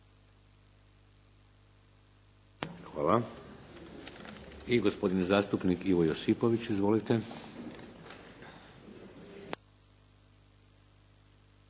Hvala. I gospodin zastupnik Ivo Josipović. Izvolite.